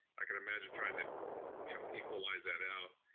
i could imagine trying to you know equalize that out.